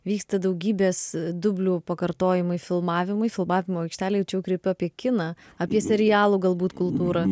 vyksta daugybės dublių pakartojimai filmavimai filmavimo aikštelėj čia jau kreipiu apie kiną apie serialų galbūt kultūrą